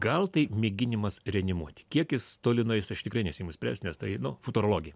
gal tai mėginimas reanimuoti kiek jis toli nueis aš tikrai nesiimu spręst nes tai nu futurologija